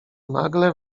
nagle